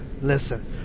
Listen